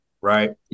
Right